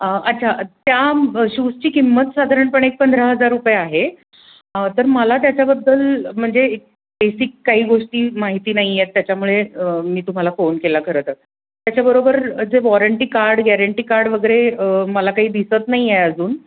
अच्छा त्या शूजची किंमत साधारणपणे पंधरा हजार रुपये आहे तर मला त्याच्याबद्दल म्हणजे बेसिक काही गोष्टी माहिती नाही आहेत त्याच्यामुळे मी तुम्हाला फोन केला खरंतर त्याच्याबरोबर जे वॉरंटी कार्ड गॅरंटी कार्ड वगैरे मला काही दिसत नाही आहे अजून